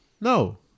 No